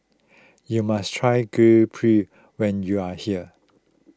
you must try Gudeg Putih when you are here